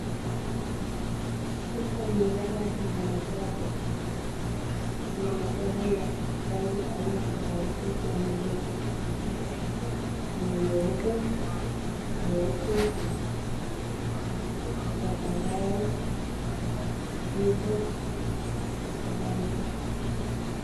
Katika mnada huu wa magari, kuna magari ya rangi tofauti na miundo. Kuna nyeupe, nyeusi, zambarau kijivu na kadhalika.